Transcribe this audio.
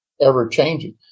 ever-changing